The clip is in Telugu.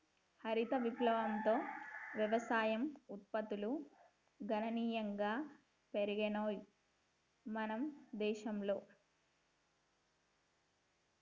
హరిత విప్లవంతో వ్యవసాయ ఉత్పత్తులు గణనీయంగా పెరిగినయ్ మన దేశంల